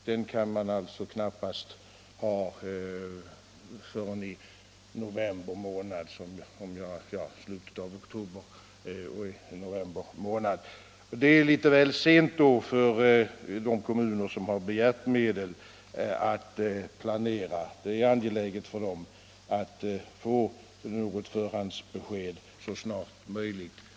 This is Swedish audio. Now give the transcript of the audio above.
Den kan tänkas komma först i slutet av oktober eller i november, och då är det litet väl sent för de kommuner som begärt medel att planera. Det är angeläget för dem att få något förhandsbesked så snart som möjligt.